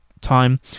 time